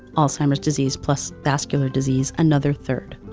alzheimer's disease plus vascular disease, another third.